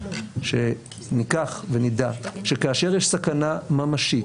שניקח ונדע שכאשר יש סכנה ממשית